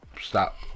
stop